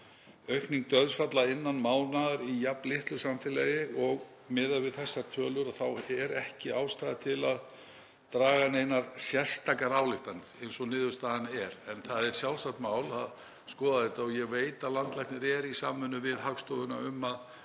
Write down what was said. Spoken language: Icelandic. aukning dauðsfalla innan mánaðar í jafn litlu samfélagi — miðað við þessar tölur er ekki ástæða til að draga neinar sérstakar ályktanir eins og niðurstaðan er. En það er sjálfsagt mál að skoða þetta og ég veit að landlæknir er í samvinnu við Hagstofuna um að